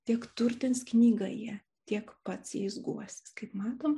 tiek turtins knygą jie tiek pats jais guosis kaip matom